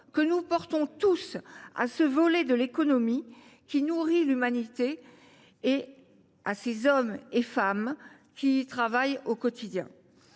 que nous portons tous à ce volet de l’économie qui nourrit l’humanité et aux hommes et aux femmes qui y travaillent au quotidien.